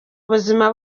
ubuzima